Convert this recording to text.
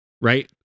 Right